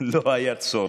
לא היה בהם צורך".